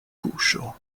buŝo